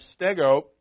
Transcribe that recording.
stego